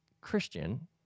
Christian